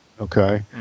Okay